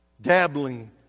dabbling